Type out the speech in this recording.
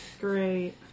Great